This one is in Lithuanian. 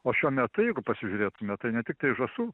o šiuo metu jeigu pasižiūrėtume tai ne tiktai žąsų